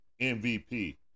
MVP